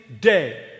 day